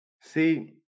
See